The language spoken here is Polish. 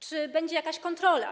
Czy będzie jakaś kontrola?